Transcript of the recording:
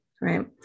right